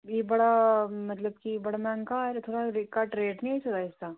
ते फ्ही बड़ा मतलब कि बड़ा मैंह्गा एह् दिक्खो आं घट्ट रेट निं होई सकदा इसदा